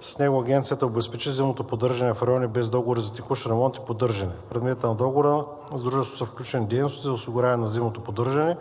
С него Агенцията обезпечи зимното поддържане в райони без договори за текущ ремонт и поддържане. В предмета на договора с дружеството са включени дейности за осигуряване на зимното поддържане